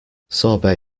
sorbet